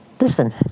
listen